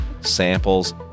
samples